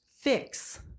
Fix